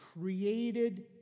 created